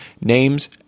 names